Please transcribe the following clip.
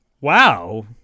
Wow